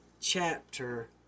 chapter